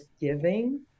giving